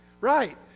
Right